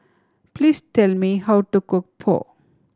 please tell me how to cook Pho